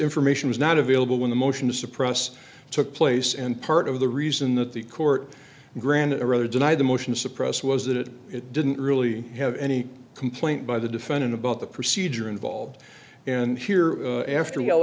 information was not available when a motion to suppress took place and part of the reason that the court granted a rather deny the motion to suppress was that it didn't really have any complaint by the defendant about the procedure involved and here after y